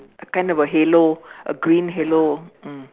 a kind of a halo a green halo mm